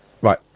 Right